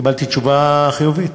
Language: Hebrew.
קיבלתי תשובה חיובית,